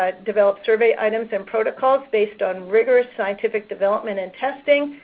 ah develop survey items and protocols based on rigorous scientific development and testing.